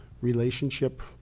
relationship